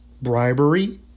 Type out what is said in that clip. bribery